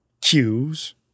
Cues